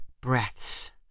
breaths